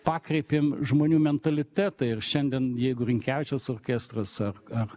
pakreipėm žmonių mentalitetą ir šiandien jeigu rinkevičiaus orkestras ar ar